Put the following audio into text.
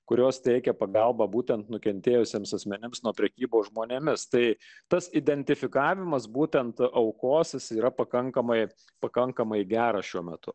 kurios teikia pagalbą būtent nukentėjusiems asmenims nuo prekybos žmonėmis tai tas identifikavimas būtent aukosis yra pakankamai pakankamai geras šiuo metu